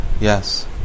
Yes